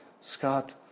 Scott